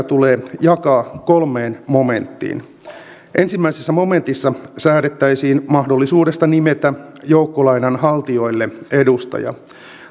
tulee jakaa kolmeen momenttiin ensimmäisessä momentissa säädettäisiin mahdollisuudesta nimetä joukkolainanhaltijoille edustaja